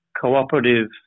cooperative